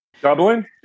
Dublin